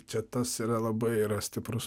čia tas yra labai yra stiprus